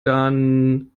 dann